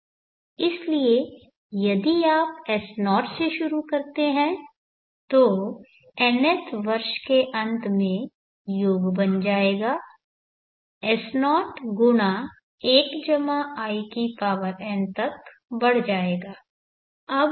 इसलिए यदि आप S0 से शुरू करते हैं तो nth वर्ष के अंत में योग बन जाएगा S0×1in तक बढ़ जाएगा